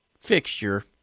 fixture